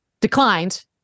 declined